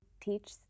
Teach